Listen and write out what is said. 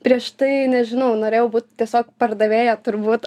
prieš tai nežinau norėjau būt tiesiog pardavėja turbūt